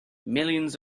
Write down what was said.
millions